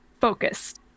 focused